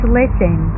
listen